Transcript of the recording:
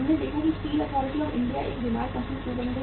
हमने देखा कि स्टील अथॉरिटी ऑफ इंडिया एक बीमार कंपनी क्यों बन गई